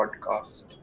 podcast